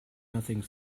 nothing